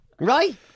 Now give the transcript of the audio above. right